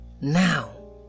now